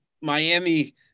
Miami